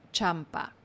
Champa